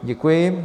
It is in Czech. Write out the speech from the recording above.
Děkuji.